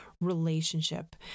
relationship